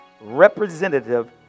representative